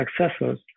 successors